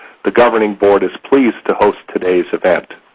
the governing board is pleased to host today's event.